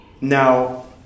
Now